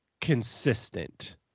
consistent